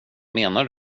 menar